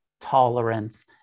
tolerance